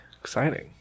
Exciting